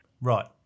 Right